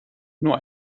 nur